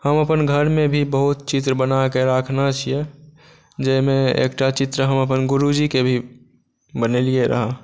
हम अपन घरमे भी बहुत चित्र बनाकेँ राखने छियै जाहिमे एकटा चित्र हम अपन गुरूजी के भी बनेलियै रहय